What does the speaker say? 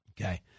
Okay